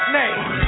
name